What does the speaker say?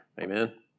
Amen